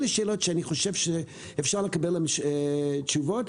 אלה שאלות שאני חושב שאפשר לקבל עליהן תשובות.